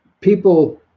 people